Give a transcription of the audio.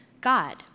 God